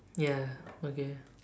ya okay